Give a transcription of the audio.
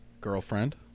girlfriend